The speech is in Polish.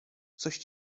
coś